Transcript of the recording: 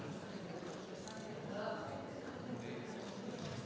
Hvala.